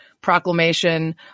proclamation